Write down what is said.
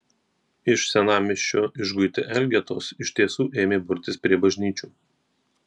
iš senamiesčio išguiti elgetos iš tiesų ėmė burtis prie bažnyčių